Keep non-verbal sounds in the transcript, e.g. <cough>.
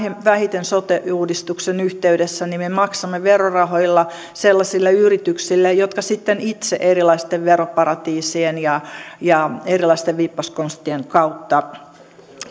vähiten sote uudistuksen yhteydessä me maksamme verorahoilla sellaisille yrityksille jotka sitten itse erilaisten veroparatiisien ja <unintelligible> ja vippaskonstien kautta